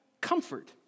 comfort